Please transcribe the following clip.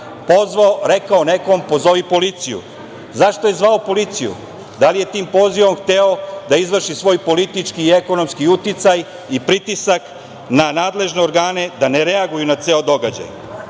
rekao nekome - pozovi policiju. Zašto je zvao policiju? Da li je tim pozivom hteo da izvrši svoj politički i ekonomski uticaj i pritisak na nadležne organe da ne reaguju na ceo